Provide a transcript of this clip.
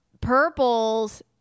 purples